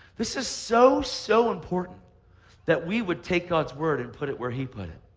this is so, so important that we would take god's word and put it where he put it.